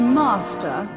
master